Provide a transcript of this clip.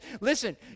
listen